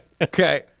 Okay